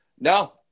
No